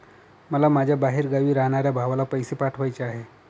मला माझ्या बाहेरगावी राहणाऱ्या भावाला पैसे पाठवायचे आहे